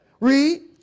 Read